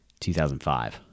2005